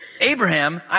Abraham